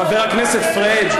חבר הכנסת פריג',